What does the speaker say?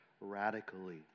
radically